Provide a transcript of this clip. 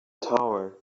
tower